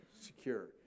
secure